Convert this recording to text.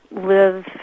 live